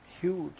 huge